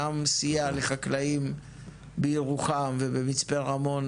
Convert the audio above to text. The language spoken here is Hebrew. גם סייע לחקלאים בירוחם ובמצפה רמון,